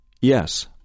Yes